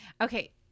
Okay